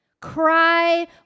Cry